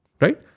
Right